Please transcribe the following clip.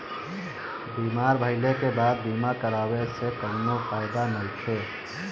बीमार भइले के बाद बीमा करावे से कउनो फायदा नइखे